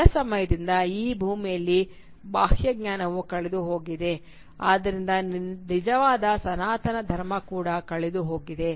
ಬಹಳ ಸಮಯದಿಂದ ಈ ಭೂಮಿಯಲ್ಲಿ ಬಾಹ್ಯ ಜ್ಞಾನವು ಕಳೆದುಹೋಗಿದೆ ಆದ್ದರಿಂದ ನಿಜವಾದ ಸನಾತನ ಧರ್ಮ ಕೂಡ ಕಳೆದುಹೋಗಿದೆ